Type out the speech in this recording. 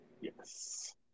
yes